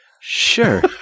sure